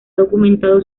documentado